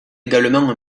également